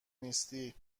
نیستی